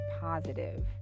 positive